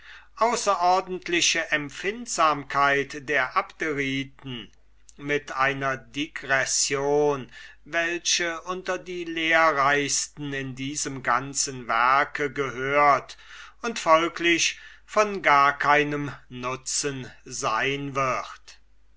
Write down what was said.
außerordentliche empfindsamkeit der abderiten mit einer digression welche unter die lehrreichsten in diesem ganzen werke gehört und daher auch von gar keinem nutzen sein wird